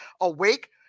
awake